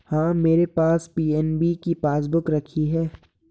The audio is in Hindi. हाँ, मेरे पास पी.एन.बी की पासबुक रखी है